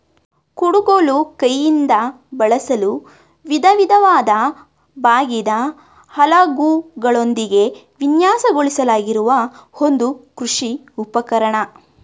ಕುಡುಗೋಲು ಕೈಯಿಂದ ಬಳಸಲು ವಿಧವಿಧವಾದ ಬಾಗಿದ ಅಲಗುಗಳೊಂದಿಗೆ ವಿನ್ಯಾಸಗೊಳಿಸಲಾಗಿರುವ ಒಂದು ಕೃಷಿ ಉಪಕರಣ